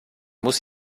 muss